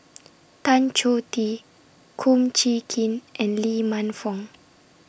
Tan Choh Tee Kum Chee Kin and Lee Man Fong